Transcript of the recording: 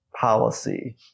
policy